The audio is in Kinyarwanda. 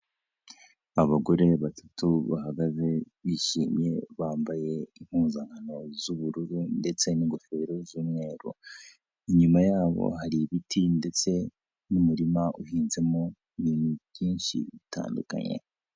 Abagore batatu bahagaze bishimye, bambaye impuzankano z'ubururu ndetse n'ingofero z'umweru. Inyuma yabo hari ibiti ndetse n'umurima uhinzemo ibintu byinshi bitandukanye.